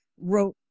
wrote